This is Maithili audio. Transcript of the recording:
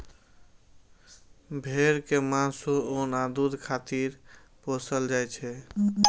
भेड़ कें मासु, ऊन आ दूध खातिर पोसल जाइ छै